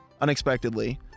unexpectedly